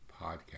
podcast